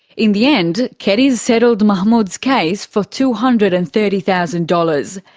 in the end, keddies settled mahmoud's case for two hundred and thirty thousand dollars.